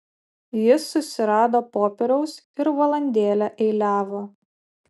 jis susirado popieriaus ir valandėlę eiliavo